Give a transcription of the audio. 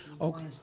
okay